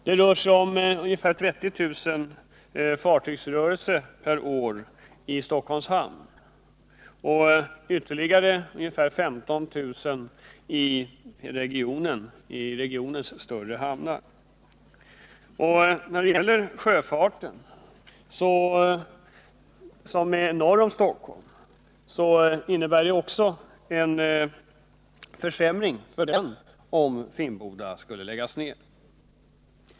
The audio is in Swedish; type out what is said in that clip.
Det rör sig i Stockholms hamn om ungefär 30 000 fartygsrörelser per år och om ytterligare omkring 15 000 i regionens större hamnar. Om Finnboda skulle läggas ned, innebär det också en försämring för sjöfarten norr om Stockholm.